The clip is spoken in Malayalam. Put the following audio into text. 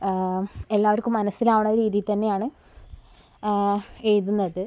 എല്ലാവർക്കും മനസ്സിലാവുന്ന രീതിയിൽ തന്നെയാണ് എഴുതുന്നത്